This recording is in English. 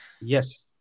Yes